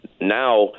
Now